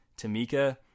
Tamika